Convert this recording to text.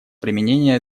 применения